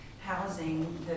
housing